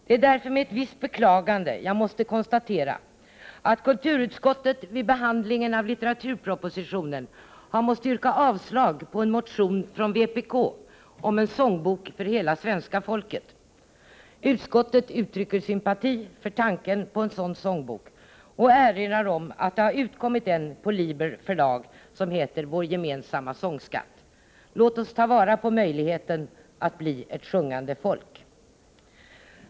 Det är därför med ett visst beklagande jag måste konstatera att kulturutskottet vid behandlingen av litteraturpropositionen har måst yrka avslag på en motion från vpk om en sångbok för hela svenska folket. Utskottet uttrycker sympati för tanken på en sådan sångbok och erinrar om att det har utkommit en sångbok på Liber förlag som heter Vår gemensamma sångskatt. Låt oss ta vara på möjligheten att bli ett sjungande folk.